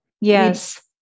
Yes